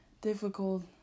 difficult